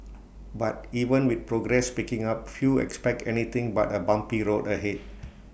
but even with progress picking up few expect anything but A bumpy road ahead